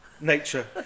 Nature